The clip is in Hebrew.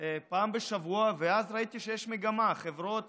פעם בשבוע ואז ראיתי שיש מגמה: חברות